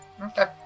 Okay